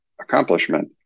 accomplishment